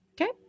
Okay